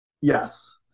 Yes